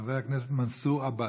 חבר הכנסת מנסור עבאס.